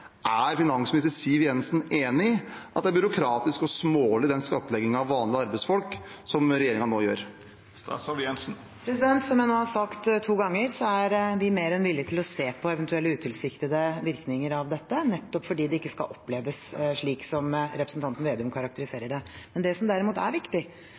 Er finansminister Siv Jensen enig i at den skattleggingen av vanlige arbeidsfolk som regjeringen nå har, er byråkratisk og smålig? Som jeg nå har sagt to ganger, er vi mer enn villig til å se på eventuelle utilsiktede virkninger av dette, nettopp fordi det ikke skal oppleves slik som representanten Slagsvold Vedum karakteriserer det. Det som derimot er viktig,